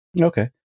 Okay